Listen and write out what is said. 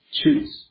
choose